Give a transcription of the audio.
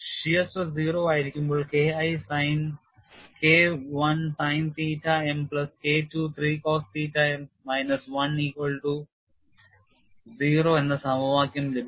Shear stress 0 ആകുമ്പോൾ K I sin theta m plus K II 3 cos theta m minus 1 should be equal to 0 എന്ന സമവാക്യം ലഭിക്കുന്നു